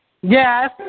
Yes